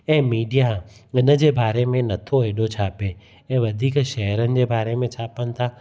ऐं मीडिया इन जे बारे में नथो हेॾो छापे ऐं वधीक शहरनि जे बारे में छापनि था